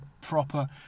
proper